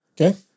Okay